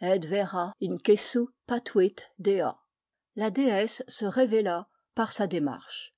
et vera incessu patuit dea la déesse se révéla par sa démarche